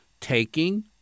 Taking